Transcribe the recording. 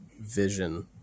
vision